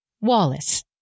Wallace